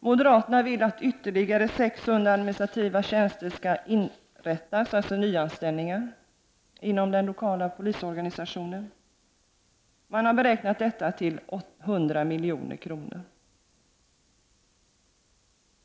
Moderaterna vill att ytterligare 600 administrativa tjänster skall inrättas inom den lokala polisorganisationen. Det rör sig alltså om nyanställningar. Man har beräknat kostnaden till 100 milj.kr.